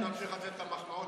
את המחמאות,